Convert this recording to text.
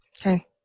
Okay